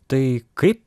tai kaip